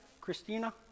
Christina